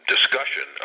Discussion